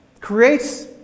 creates